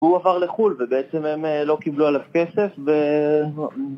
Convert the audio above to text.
הוא עבר לחול, ובעצם הם לא קיבלו עליו כסף, ו...